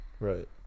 right